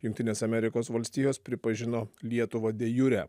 jungtinės amerikos valstijos pripažino lietuvą de jure